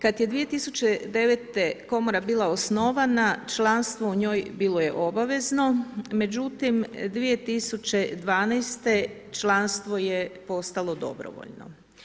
Kad je 2009. komora bila osnovana, članstvo u njoj bilo je obavezno, međutim 2012. članstvo je postalo dobrovoljno.